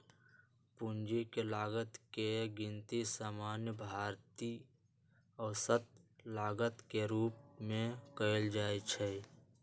पूंजी के लागत के गिनती सामान्य भारित औसत लागत के रूप में कयल जाइ छइ